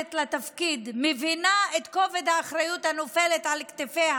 המיועדת לתפקיד מבינה את כובד האחריות המוטלת על כתפיה